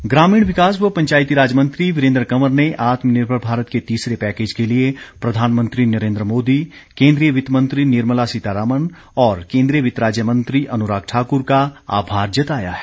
कंवर ग्रामीण विकास व पंचायती राज मंत्री वीरेन्द्र कंवर ने आत्मनिर्भर भारत के तीसरे पैकेज के लिए प्रधानमंत्री नरेन्द्र मोदी केन्द्रीय वित्त मंत्री निर्मला सीतारमण और केन्द्रीय वित्त राज्य मंत्री अनुराग ठाकुर का आभार जताया है